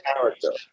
character